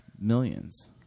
millions